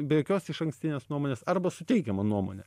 be jokios išankstinės nuomonės arba su teigiama nuomone